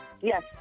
Yes